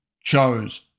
chose